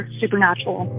supernatural